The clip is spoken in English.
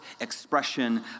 expression